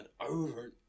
over